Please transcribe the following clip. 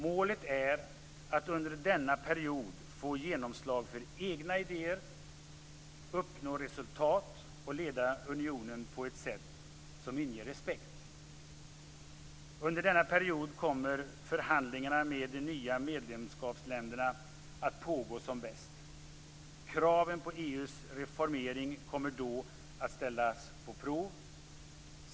Målet är att under denna period få genomslag för egna idéer, uppnå resultat och leda unionen på ett sätt som inger respekt. Under denna period kommer förhandlingarna med de nya medlemsländerna att pågå som bäst. Kraven på EU:s reformering kommer då att ställas på prov.